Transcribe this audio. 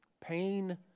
Pain